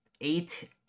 eight-